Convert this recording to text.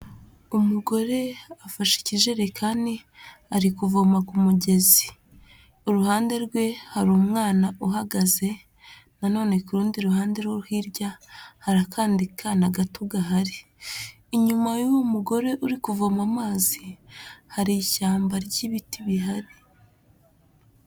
Umugore afashe ikijerekani ari kuvoma ku mugezi, uruhande rwe hari umwana uhagaze nanone ku rundi ruhande rwo hirya hari akandi kana gato gahari, inyuma y'uwo mugore uri kuvoma amazi hari ishyamba ry'ibiti bihari.